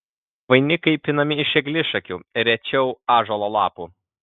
vainikai pinami iš eglišakių rečiau ąžuolo lapų